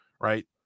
right